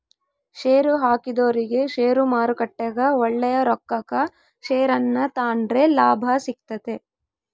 ಷೇರುಹಾಕಿದೊರಿಗೆ ಷೇರುಮಾರುಕಟ್ಟೆಗ ಒಳ್ಳೆಯ ರೊಕ್ಕಕ ಷೇರನ್ನ ತಾಂಡ್ರೆ ಲಾಭ ಸಿಗ್ತತೆ